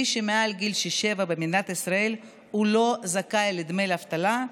מי שמעל גיל 67 במדינת ישראל לא זכאי לדמי אבטלה,